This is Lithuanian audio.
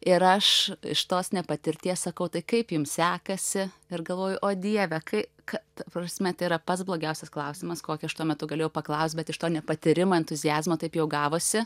ir aš iš tos patirties sakau tai kaip jums sekasi ir galvoju o dieve kai kad prasme tai yra pats blogiausias klausimas kokį aš tuo metu galėjau paklaust bet iš to nepatyrimo entuziazmo taip jau gavosi